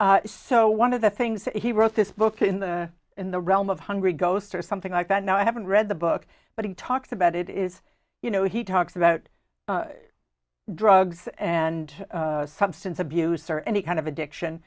mat so one of the things he wrote this book in the in the realm of hungry ghosts or something like that no i haven't read the book but he talks about it is you know he talks about drugs and substance abuse or any kind of addiction